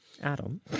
Adam